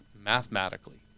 mathematically